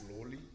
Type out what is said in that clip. slowly